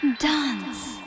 Dance